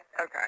Okay